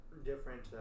different